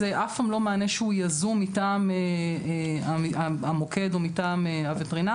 זה אף פעם לא מענה שהוא יזום מטעם המוקד או מטעם הווטרינרים.